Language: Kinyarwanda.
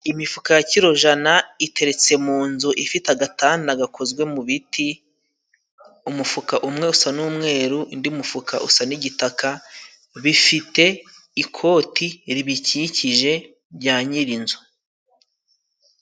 Imifuka ya kirojana iteretse mu nzu ifite agatada gakozwe mu biti. Umufuka umwe usa n'umweru, undi mufuka usa n'igitaka. Bifite ikoti ribikikije rya nyiri inzu.